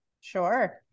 Sure